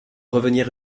revenir